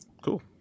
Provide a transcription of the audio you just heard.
cool